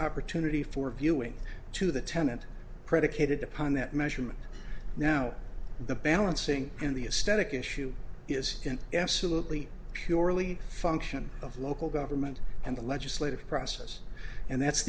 opportunity for viewing to the tenant predicated upon that measurement now the balancing in the a static issue is an absolutely purely function of local government and the legislative process and that's